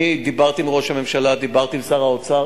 אני דיברתי עם ראש הממשלה, דיברתי עם שר האוצר.